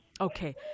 Okay